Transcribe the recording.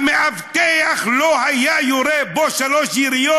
המאבטח לא היה יורה בו שלוש יריות,